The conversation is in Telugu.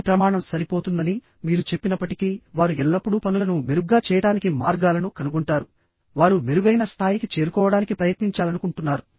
ఈ ప్రమాణం సరిపోతుందని మీరు చెప్పినప్పటికీ వారు ఎల్లప్పుడూ పనులను మెరుగ్గా చేయడానికి మార్గాలను కనుగొంటారు వారు మెరుగైన స్థాయికి చేరుకోవడానికి ప్రయత్నించాలనుకుంటున్నారు